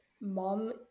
mom